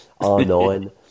R9